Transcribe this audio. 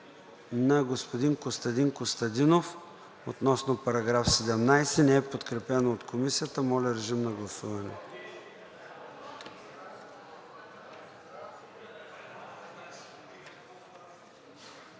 на господин Костадин Костадинов относно § 17. Не е подкрепено от Комисията. Моля, режим на гласуване.